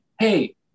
Hey